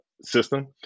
system